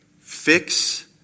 fix